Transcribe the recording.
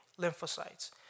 lymphocytes